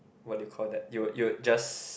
what do you call that you would you would just